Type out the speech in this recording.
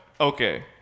Okay